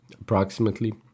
approximately